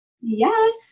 Yes